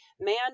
Man